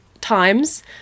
times